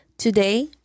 Today